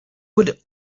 would